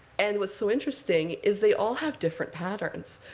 and what's so interesting is they all have different patterns.